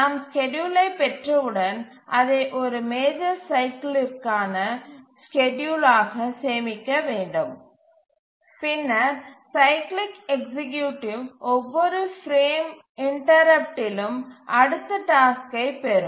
நாம் ஸ்கேட்யூலை பெற்றவுடன் அதை ஒரு மேஜர் சைக்கிலிற்கான ஸ்கேட்யூல் ஆக சேமிக்க முடியும் பின்னர் சைக்கிளிக் எக்சீக்யூட்டிவ் ஒவ்வொரு பிரேம் இன்டரப்ட்டிலும் அடுத்த டாஸ்க்கை பெறும்